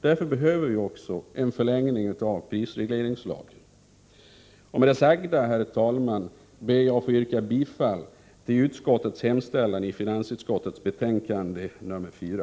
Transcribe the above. Därför behöver vi också en förlängning av prisregleringslagen. Med det sagda, herr talman, ber jag att få yrka bifall till hemställan i finansutskottets betänkande 4.